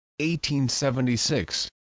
1876